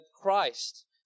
Christ